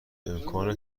امکان